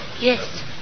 Yes